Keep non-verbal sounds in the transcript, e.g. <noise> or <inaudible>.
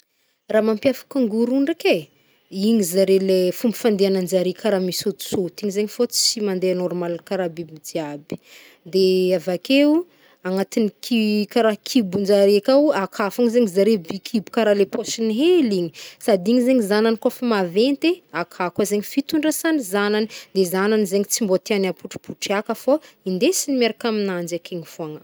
Raha mampiavaka kangoro ndraiky e, igny zare le- fomba fandehanan-jare kara misôtisôty igny zegny fô tsy mandeha normaly kara biby jiaby, <hesitation> avakeo, agnatin'ny ki- karaha kibonjare kao akao fôgna zegny zare be kibo kara le pôshiny hely igny. Sady igny zegny zanany kô fa maventy akao kô zegny fitondrasany zanany. Ny zanany zegny tsy mbô tiany apotrapotriàka fô indesiny miaraka aminanjy akegny fôgna.